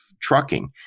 trucking